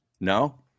No